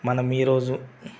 మనం ఈ రోజు